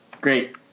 Great